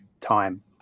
time